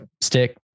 stick